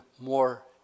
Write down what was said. more